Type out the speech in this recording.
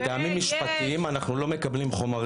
מטעמים משפטיים אנחנו לא מקבלים חומרים.